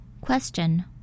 Question